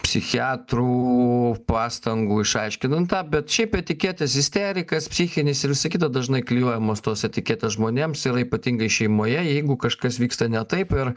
psichiatrų pastangų išaiškinant tą bet šiaip etiketės isterikas psichinis ir visa kita dažnai klijuojamos tos etiketės žmonėms ir ypatingai šeimoje jeigu kažkas vyksta ne taip ir